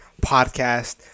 podcast